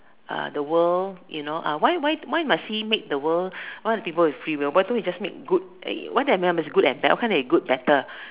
uh the world you know uh why why why must he make the world a lot of people with female why don't he just make good uh why can't good and bad why can't they good better